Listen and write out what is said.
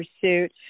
pursuit